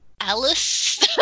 Alice